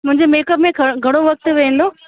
मुंहिंजे मेकअप में घण घणो वक़्तु वेंदो